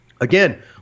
Again